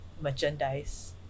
merchandise